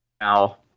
now